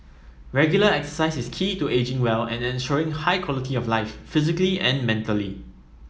regular exercise is key to ageing well and ensuring a high quality of life physically and mentally